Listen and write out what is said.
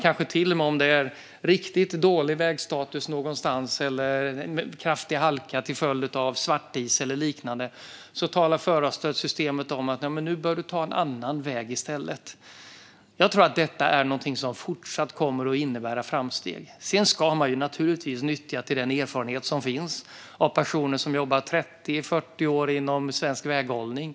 Om det är riktigt dålig vägstatus eller kraftig halka till följd av svartis någonstans kanske förarstödssystemet till och med kan tala om att man bör ta en annan väg i stället. Jag tror att vi kommer att se framsteg även fortsättningsvis. Man ska naturligtvis också nyttja den erfarenhet som finns hos personer som har jobbat 30-40 år inom svensk väghållning.